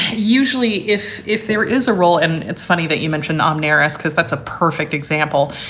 usually if if there is a role and it's funny that you mentioned omnivorous because that's a perfect example.